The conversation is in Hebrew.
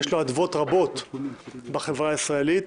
יש לו אדוות רבות בחברה הישראלית,